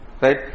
Right